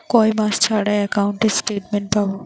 কয় মাস ছাড়া একাউন্টে স্টেটমেন্ট পাব?